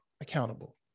accountable